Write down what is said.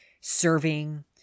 serving